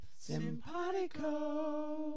Simpatico